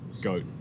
GOAT